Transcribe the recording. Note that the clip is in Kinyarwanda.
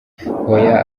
hoya